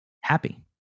happy